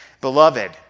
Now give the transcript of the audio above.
Beloved